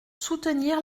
soutenir